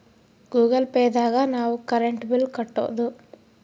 Google Pay ದಾಗ ನಾವ್ current bill ಕಟ್ಟೋದು